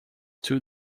too